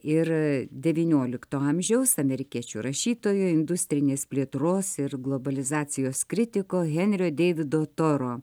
ir devyniolikto amžiaus amerikiečių rašytojo industrinės plėtros ir globalizacijos kritiko henrio deivido toro